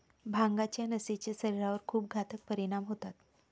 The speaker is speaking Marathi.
भांगाच्या नशेचे शरीरावर खूप घातक परिणाम होतात